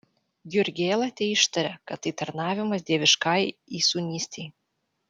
jurgėla teištarė kad tai tarnavimas dieviškajai įsūnystei